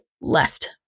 left